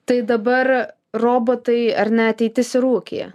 tai dabar robotai ar ne ateitis ir ūkyje